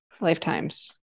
lifetimes